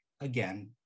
again